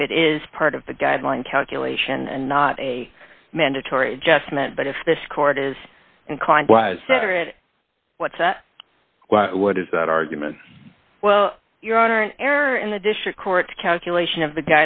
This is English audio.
if it is part of the guideline calculation and not a mandatory adjustment but if this court is inclined what's that what is that argument well your honor an error in the district court's calculation of the